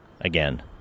again